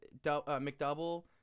McDouble